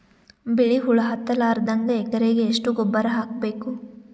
ಬಿಳಿ ಹುಳ ಹತ್ತಲಾರದಂಗ ಎಕರೆಗೆ ಎಷ್ಟು ಗೊಬ್ಬರ ಹಾಕ್ ಬೇಕು?